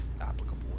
applicable